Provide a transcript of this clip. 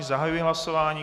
Zahajuji hlasování.